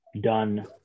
done